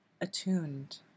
attuned